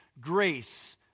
grace